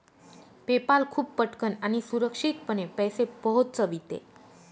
PayPal खूप पटकन आणि सुरक्षितपणे पैसे पोहोचविते